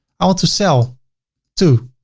i want to sell to